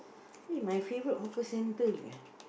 eh my favourite hawker centre